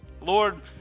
Lord